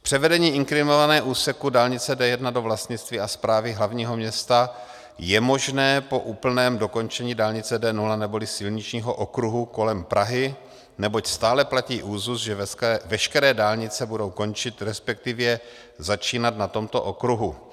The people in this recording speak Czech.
Převedení inkriminovaného úseku dálnice D1 do vlastnictví a správy hlavního města je možné po úplném dokončení dálnice D0, neboli silničního okruhu kolem Prahy, neboť stále platí úzus, že veškeré dálnice budou končit, resp. začínat na tomto okruhu.